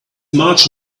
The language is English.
much